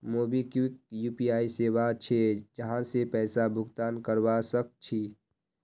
MobiKwik UPI सेवा छे जहासे पैसा भुगतान करवा सक छी